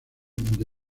the